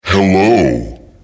Hello